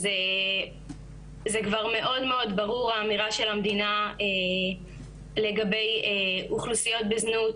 אז זה כבר מאוד ברור האמירה של המדינה לגבי אוכלוסיות בזנות